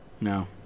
No